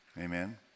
Amen